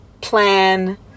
plan